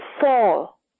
fall